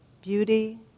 Beauty